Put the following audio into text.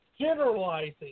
generalizing